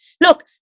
Look